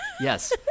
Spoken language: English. yes